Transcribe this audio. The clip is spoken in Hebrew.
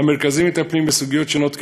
המרכזים מטפלים בסוגיות שונות,